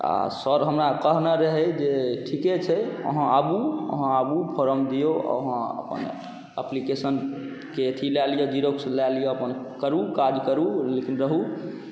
आओर सर हमरा कहने रहै जे ठीके छै अहाँ आबू अहाँ आबू फॉर्म दिऔ अहाँ अपन एप्लिकेशनके अथी लऽ लिअ जेरॉक्स लऽ लिअ अपन करू काज करू लेकिन रहू